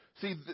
See